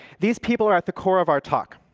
these people are at the core of our talk,